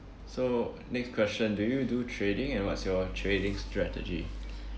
so next question do you do trading and what's your trading strategy